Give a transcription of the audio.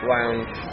Lounge